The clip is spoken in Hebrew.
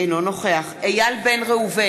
אינו נוכח אלי בן-דהן, אינו נוכח איל בן ראובן,